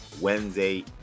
Wednesday